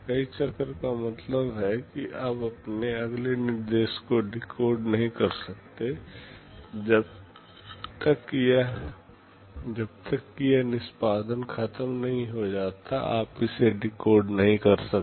कई चक्र का मतलब है कि आप इसे अगले निर्देश को डिकोड नहीं कर सकते जब तक कि यह निष्पादन खत्म नहीं हो जाता है आप इसे डिकोड नहीं कर सकते